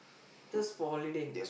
just for holiday